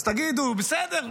אז תגידו: בסדר,